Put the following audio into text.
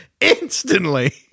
Instantly